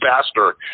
faster